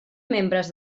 membres